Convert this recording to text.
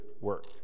work